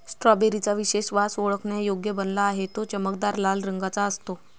strawberry चा विशेष वास ओळखण्यायोग्य बनला आहे, तो चमकदार लाल रंगाचा असतो